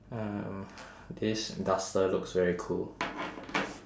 um this duster looks very cool